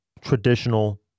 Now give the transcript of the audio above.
traditional